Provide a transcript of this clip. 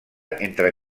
entre